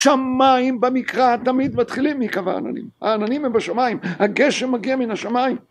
שמיים במקרא תמיד מתחילים מקווה עננים, העננים הם בשמיים, הגשם מגיע מן השמיים.